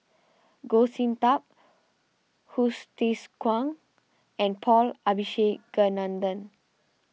Goh Sin Tub Hsu Tse Kwang and Paul Abisheganaden